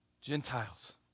Gentiles